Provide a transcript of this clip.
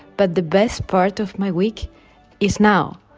but the best part of my week is now.